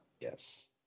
Yes